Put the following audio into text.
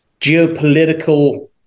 geopolitical